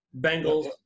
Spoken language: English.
Bengals